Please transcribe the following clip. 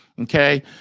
Okay